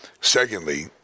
Secondly